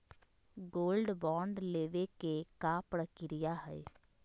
Gold bond लेवे के का प्रक्रिया हई?